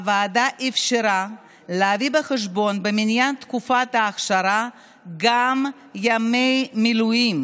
הוועדה אפשרה להביא בחשבון במניין תקופת האכשרה גם ימי מילואים,